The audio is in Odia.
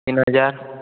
ତିନି ହଜାର